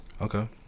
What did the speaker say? Okay